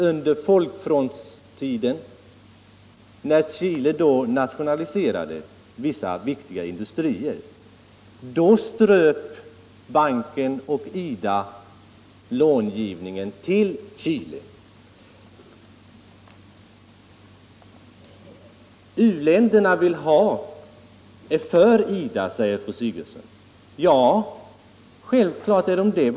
Under folkfrontstiden nationaliserade Chile vissa viktiga industrier. Då ströp banken och IDA långivningen till Chile. U-länderna är för IDA, säger fru Sigurdsen. Självklart är de det.